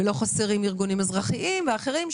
ולא חסרים ארגונים אזרחיים ואחרים שאומרים: